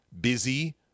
busy